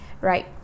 right